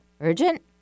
Urgent